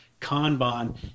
Kanban